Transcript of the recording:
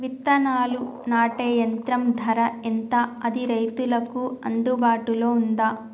విత్తనాలు నాటే యంత్రం ధర ఎంత అది రైతులకు అందుబాటులో ఉందా?